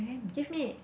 give me